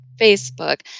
Facebook